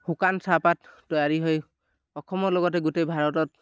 শুকান চাহপাত তৈয়াৰী হৈ অসমৰ লগতে গোটেই ভাৰতত